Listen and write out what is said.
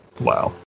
Wow